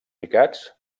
picats